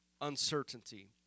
Uncertainty